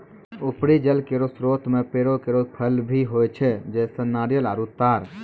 उपरी जल केरो स्रोत म पेड़ केरो फल भी होय छै, जैसें नारियल आरु तार